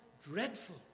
dreadful